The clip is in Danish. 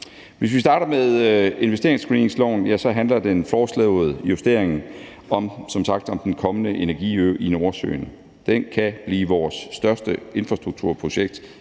Hvis vi starter med investeringsscreeningsloven, kan jeg sige, at den foreslåede justering som sagt handler om den kommende energiø i Nordsøen. Den kan blive vores største infrastrukturprojekt